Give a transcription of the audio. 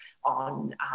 on